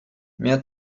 mehr